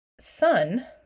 sun